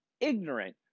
ignorant